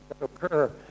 occur